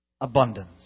abundance